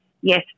Yes